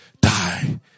Die